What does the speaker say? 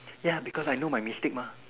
ya because I know my mistake mah